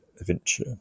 Adventure